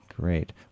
Great